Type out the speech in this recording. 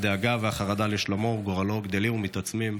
הדאגה והחרדה לשלומו וגורלו גדלות ומתעצמות.